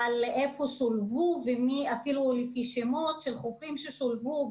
היכן שולבו ואפילו לפי שמות של חוקרים ששולבו,